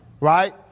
right